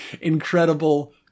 incredible